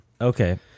Okay